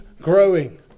growing